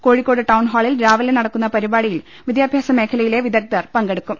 കോഴിക്കോട് ടൌൺഹാളിൽ രാവിലെ നടക്കുന്ന പരിപാടിയിൽ വിദ്യാഭ്യാസ മേഖലയിലെ വിദഗ്ധർ പങ്കെടുക്കും